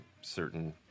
certain